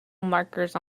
markers